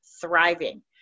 thriving